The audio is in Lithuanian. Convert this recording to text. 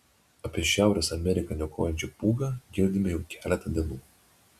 apie šiaurės ameriką niokojančią pūgą girdime jau keletą dienų